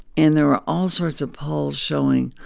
and there were all sorts of polls showing